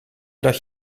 dat